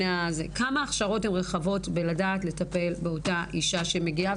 כמה ההכשרות הן רחבות בלדעת לטפל באותה אישה שמגיעה?